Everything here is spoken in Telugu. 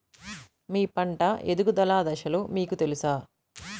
మీ పంట ఎదుగుదల దశలు మీకు తెలుసా?